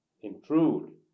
intrude